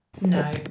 No